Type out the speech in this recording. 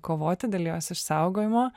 kovoti dėl jos išsaugojimo